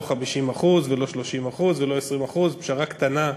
לא 50% ולא 30% ולא 20% פשרה קטנה ביעדים,